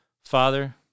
Father